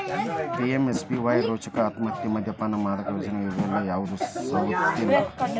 PMSBY ಯೋಜ್ನಾಕ ಆತ್ಮಹತ್ಯೆ, ಮದ್ಯಪಾನ, ಮಾದಕ ವ್ಯಸನ ಇಂತವಕ್ಕೆಲ್ಲಾ ಯಾವ್ದು ಸವಲತ್ತಿಲ್ಲ